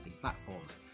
platforms